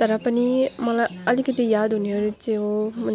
तर पनि मलाई अलिकति याद हुनेहरू चाहिँ हो